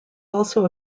also